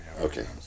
Okay